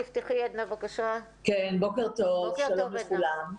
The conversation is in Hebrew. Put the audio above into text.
בוקר טוב, שלום לכולם.